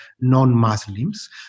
non-Muslims